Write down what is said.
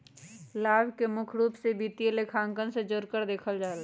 लाभ के मुख्य रूप से वित्तीय लेखांकन से जोडकर देखल जा हई